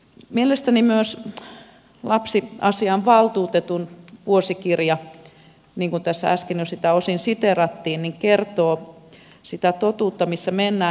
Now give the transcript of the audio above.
mielestäni myös lapsiasiavaltuutetun vuosikirja tässä äsken jo sitä osin siteerattiin kertoo sitä totuutta missä mennään